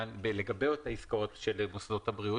לגבי העסקאות של מוסדות הבריאות,